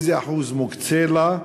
2. איזה אחוז מוקצה לה?